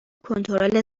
کنترل